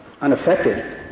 unaffected